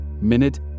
minute